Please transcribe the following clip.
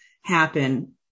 happen